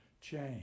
change